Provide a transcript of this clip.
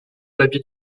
l’habit